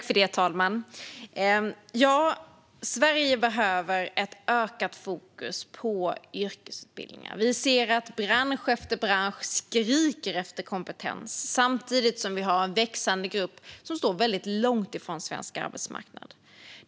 Fru talman! Ja, Sverige behöver ett ökat fokus på yrkesutbildningar. Vi ser att bransch efter bransch skriker efter kompetens samtidigt som vi har en växande grupp som står väldigt långt från svensk arbetsmarknad.